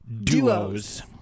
Duos